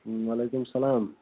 وعلیکُم سلام